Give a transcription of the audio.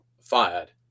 fired